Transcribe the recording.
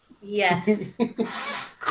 Yes